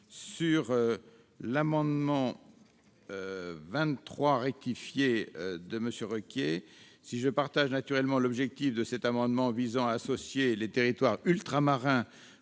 l'amendement n° 23 rectifié de M. Requier, si je partage naturellement l'objectif de cet amendement visant à associer les territoires ultramarins